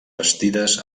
bastides